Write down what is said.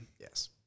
Yes